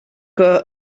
her